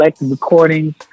recordings